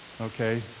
okay